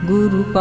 Guru